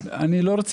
אני רוצה